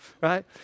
right